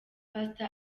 pastor